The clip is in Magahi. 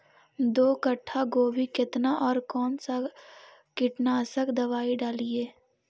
दो कट्ठा गोभी केतना और कौन सा कीटनाशक दवाई डालिए?